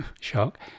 shock